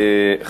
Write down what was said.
תודה,